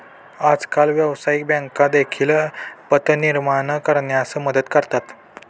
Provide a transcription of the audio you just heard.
आजकाल व्यवसायिक बँका देखील पत निर्माण करण्यास मदत करतात